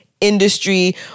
industry